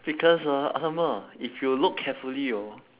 because ah !alamak! if you look carefully hor